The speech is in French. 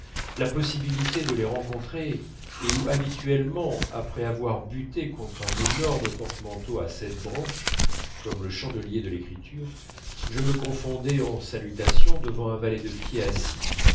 la possibilité de les rencontrer et où habituellement après avoir buté contre un énorme porte manteaux à sept branches comme le chandelier de l'écriture je me confondais en salutations devant un valet de pied assis